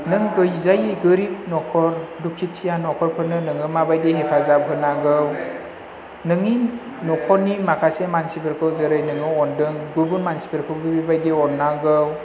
नों गैजायि गोरिब न'खर दुखुथिया न'खरफोरनो नोङो मा बाइदि हेफाजाब होनांगौ नोंनि न'खरनि माखासे मानसिफोरखौ जेरै नोङो अन्दों गुबुन मानसिफोरखौबो बिबाइदि अन्नांगौ